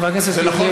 חבר הכנסת יוגב,